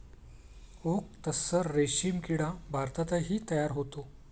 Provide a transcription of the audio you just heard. okay तस्सर रेशीम किडा भारतातही तयार होतो